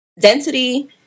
density